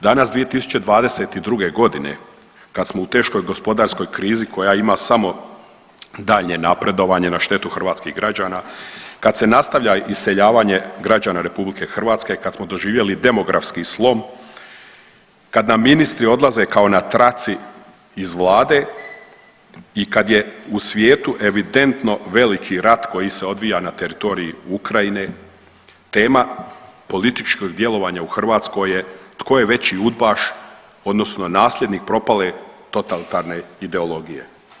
Danas, 2022. g. kad smo u teškoj gospodarskoj krizi koja ima samo daljnje napredovanje na štetu hrvatskih građana, kad se nastavlja iseljavanje građana RH, kad smo doživjeli demografski slom, kad nam ministri odlaze kao na traci iz Vlade i kad je u svijetu evidentno veliki rat koji se odvija na teritoriji Ukrajine tema političkog djelovanja u Hrvatskoj je tko je veli udbaš odnosno nasljednik propale totalitarne ideologije.